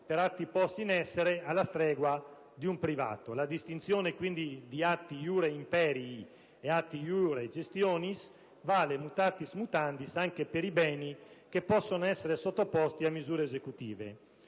per atti posti in essere alla stregua di un privato. La distinzione, quindi, di atti *iure imperii* ed atti *iure gestionis* vale, *mutatis mutandis,* anche per i beni che possono essere sottoposti a misure esecutive.